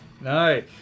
No